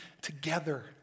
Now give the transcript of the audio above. together